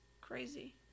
crazy